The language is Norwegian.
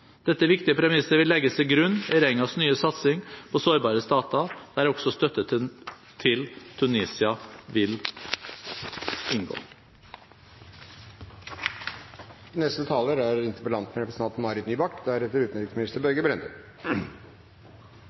Dette viktige premisset vil legges til grunn i regjeringens nye satsing på sårbare stater, der også støtte til Tunisia vil inngå. Takk til utenriksministeren for hans svar. Det var veldig mye bra i det svaret, og jeg er